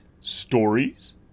stories